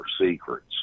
secrets